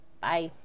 Bye